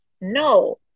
No